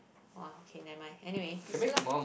!wah! okay never mind anyway you see lah